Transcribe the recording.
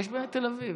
יש בתל אביב.